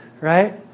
right